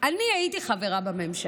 אני הייתי חברה בממשלה.